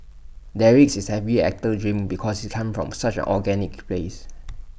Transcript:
Derek is every actor's dream because he comes from such organic place